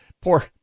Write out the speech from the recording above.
poor